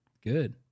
good